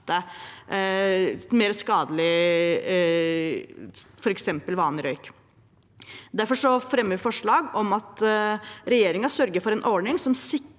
f.eks. vanlig røyk. Derfor fremmer vi forslag om at regjeringen skal sørge for en ordning som sikrer